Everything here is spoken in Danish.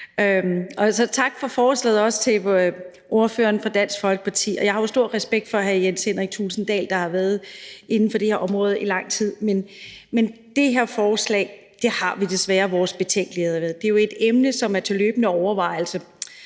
tak for forslaget til ordføreren fra Dansk Folkeparti. Jeg har jo stor respekt for hr. Jens Henrik Thulesen Dahl, der har været inden for det her område i lang tid, men det her forslag har vi desværre vores betænkeligheder ved. Det er jo et emne, som er til løbende overvejelse,